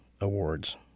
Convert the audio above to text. awards